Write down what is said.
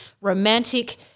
romantic